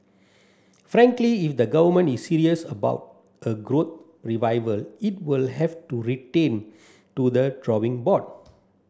frankly if the government is serious about a growth revival it will have to retain to the drawing board